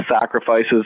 sacrifices